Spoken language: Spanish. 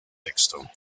texto